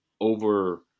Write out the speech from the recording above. over